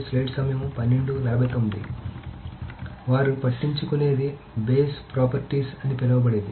కాబట్టి వారు పట్టించుకునేది బేస్ ప్రాపర్టీస్ అని పిలవబడేది